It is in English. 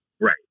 Right